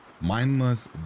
mindless